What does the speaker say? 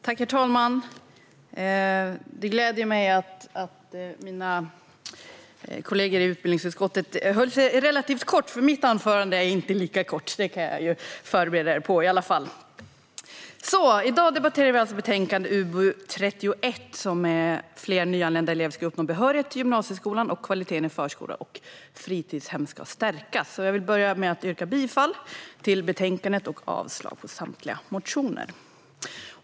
Herr talman! Det gläder mig att mina kollegor i utbildningsutskottet fattade sig relativt kort, för jag kan förbereda er på att mitt anförande inte är lika kort! I dag debatterar vi alltså betänkande UbU31, Fler nyanlända elever ska uppnå behörighet till gymnasieskolan och kvaliteten i förskola och fritidshem ska stärkas . Jag vill börja med att yrka bifall till utskottets förslag och avslag på samtliga motioner.